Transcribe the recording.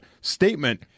statement